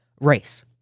race